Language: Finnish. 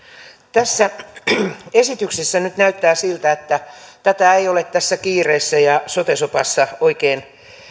tässä esityksessä nyt näyttää siltä että tätä ei ole tässä kiireessä ja sote sopassa oikein